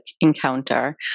encounter